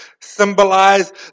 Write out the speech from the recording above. symbolize